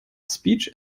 speech